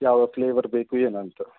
ಯಾವ ಫ್ಲೇವರ್ ಬೇಕು ಏನಂತ